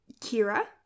kira